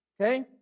Okay